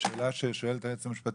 השאלה ששואלת היועצת המשפטית,